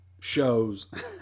shows